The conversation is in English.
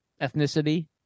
ethnicity